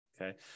Okay